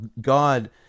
God